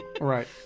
Right